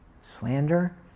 slander